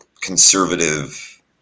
conservative